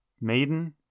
Maiden